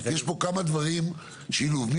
יש פה כמה דברים, שילוב.